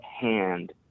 hand